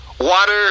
Water